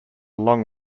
long